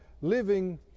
living